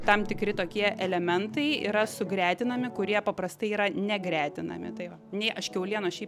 tam tikri tokie elementai yra sugretinami kurie paprastai yra negretinami tai va nei aš kiaulienos šiaip